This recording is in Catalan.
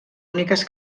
úniques